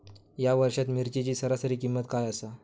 या वर्षात मिरचीची सरासरी किंमत काय आसा?